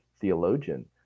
theologian